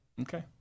Okay